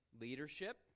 leadership